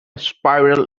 spiral